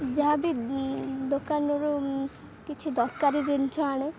ଯାହାବି ଦୋକାନରୁ କିଛି ଦରକାରୀ ଜିନିଷ ଆଣେ